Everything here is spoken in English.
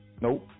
Nope